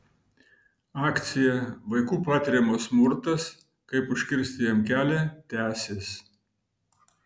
akcija vaikų patiriamas smurtas kaip užkirsti jam kelią tęsis